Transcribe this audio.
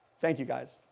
thank you guys.